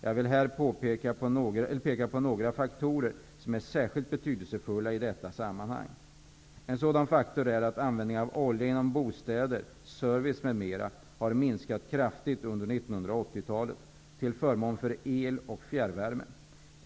Jag vill här peka på några faktorer som är särskilt betydelsefulla i detta sammanhang. En sådan faktor är att användningen av olja inom bostäder, service m.m. har minskat kraftigt under 1980-talet, till förmån för el och fjärrvärme.